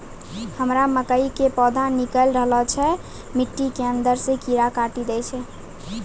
हमरा मकई के पौधा निकैल रहल छै मिट्टी के अंदरे से कीड़ा काटी दै छै?